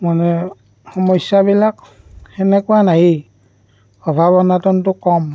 মানে সমস্যাবিলাক সেনেকুৱা নায়েই অভাৱ অনাটনটো কম